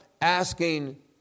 asking